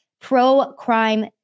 pro-crime